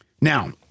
Now